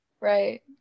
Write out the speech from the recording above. Right